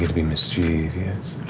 be mischievous.